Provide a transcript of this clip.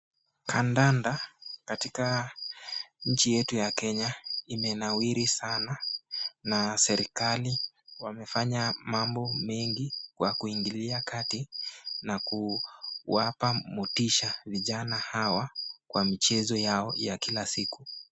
Kadanda katika nchi yetu ya Kenya, imenawiri sana na serikali wamefanya mambo mengi kwa kuingilia kati kwa kuwapa motisha vijana hawa kwa michezo yao ya kila siku.